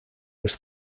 was